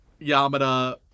Yamada